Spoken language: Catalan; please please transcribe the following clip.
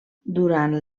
durant